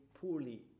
poorly